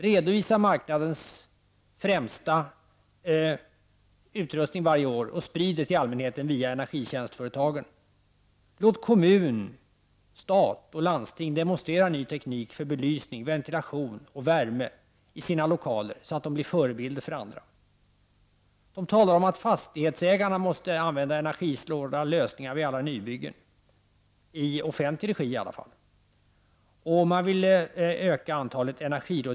Redovisa marknadens främsta varje år och sprid det till allmänheten via energitjänstföretagen. Låt stat, kommun och landsting demonstrera ny teknik för belysning, ventilation, värme m m i sina lokaler så att de blir förebilder för andra.'' Vidare talas det om att fastighetsägarna måste använda sig av elsnåla lösningar vid alla nybyggen i offentlig regi. Antalet energirådgivare vill man öka på olika sätt.